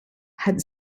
had